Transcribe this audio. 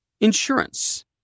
Insurance